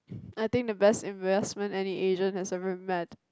I think the best investment any Asian have ever met